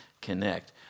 Connect